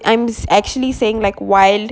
I'm actually saying like wild